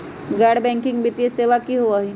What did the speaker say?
गैर बैकिंग वित्तीय सेवा की होअ हई?